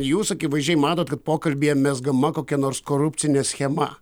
jūs akivaizdžiai matote kad pokalbyje mezgama kokia nors korupcinė schema